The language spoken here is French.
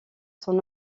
son